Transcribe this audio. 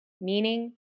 meaning